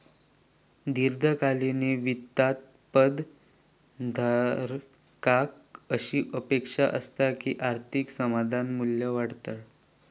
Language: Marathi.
दीर्घकालीन वित्तात पद धारकाक अशी अपेक्षा असता की आर्थिक साधनाचा मू्ल्य वाढतला